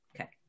Okay